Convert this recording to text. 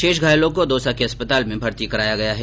शेष घायलों को दौसा के अस्पताल में भर्ती कराया गया है